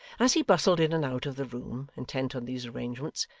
as he bustled in and out of the room, intent on these arrangements,